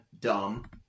dumb